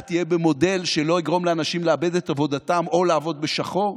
שהחל"ת יהיה במודל שלא יגרום לאנשים לאבד את עבודתם או לעבוד בשחור.